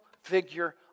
figure